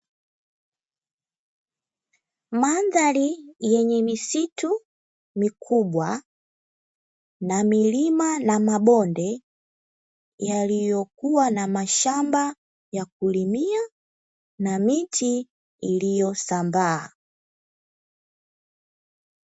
Mandhari yenye misitu mikubwa na milima na mabonde yaliyokuwa na mashamba ya kulimia na miti iliyosambaa.